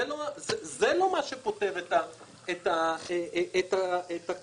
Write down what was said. זה לא מה שפותר את הקושי.